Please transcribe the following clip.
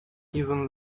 even